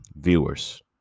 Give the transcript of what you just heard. viewers